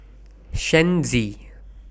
Shen Xi